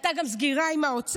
הייתה גם סגירה עם האוצר.